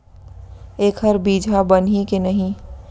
एखर बीजहा बनही के नहीं?